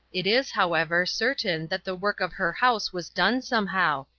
it is, however, certain that the work of her house was done somehow,